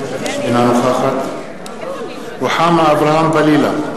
אינה נוכחת רוחמה אברהם-בלילא,